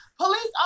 Police